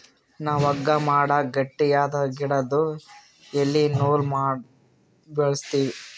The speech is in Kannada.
ನಾವ್ ಹಗ್ಗಾ ಮಾಡಕ್ ಗಟ್ಟಿಯಾದ್ ಗಿಡುದು ಎಲಿ ನೂಲ್ ಮಾಡಿ ಬಳಸ್ತೀವಿ